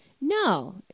No